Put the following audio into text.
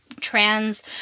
trans